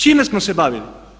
Čime smo se bavili?